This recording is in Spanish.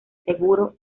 seguro